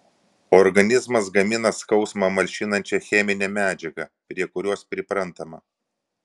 organizmas gamina skausmą malšinančią cheminę medžiagą prie kurios priprantama